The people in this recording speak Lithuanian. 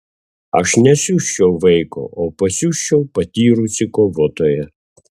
aš nesiųsčiau vaiko o pasiųsčiau patyrusį kovotoją